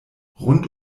rund